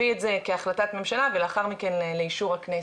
את זה כהחלטת ממשלה ולאחר מכן לאישור הכנסת.